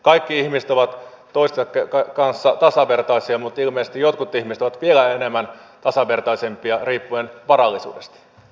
kaikki ihmiset ovat toistensa kanssa tasavertaisia mutta ilmeisesti jotkut ihmiset ovat vielä enemmän tasavertaisia riippuen varallisuudesta